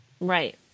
Right